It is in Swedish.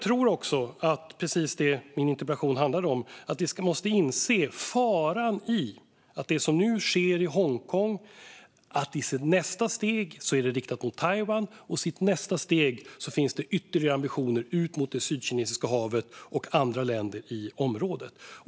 Min interpellation handlade om att vi måste inse faran i det som nu sker i Hongkong. I nästa steg är det riktat mot Taiwan, och i nästföljande steg finns det ytterligare ambitioner ut mot Sydkinesiska havet och andra länder i området.